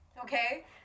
okay